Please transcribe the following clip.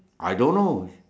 I don't know